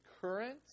current